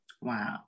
Wow